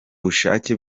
bushake